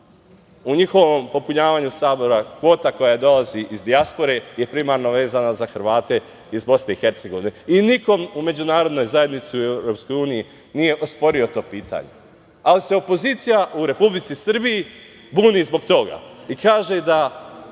u njihovom popunjavanju Sabora, kvota koja dolazi iz dijaspore je primarno vezana za Hrvate iz BiH i niko u međunarodnoj zajednici i EU nije osporio to pitanje, ali se opozicija u Republici Srbiji buni zbog toga i kaže da